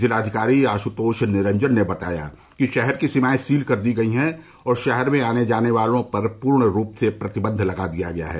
जिलाधिकारी आशुतोष निरंजन ने बताया कि शहर की सीमाए सील कर दी गयी हैं और शहर में आने जाने वालों पर पूर्ण रूप से प्रतिबंध लगा दिया गया है